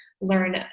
learn